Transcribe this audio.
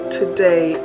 today